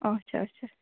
اَچھا اَچھا